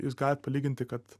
jūs galit palyginti kad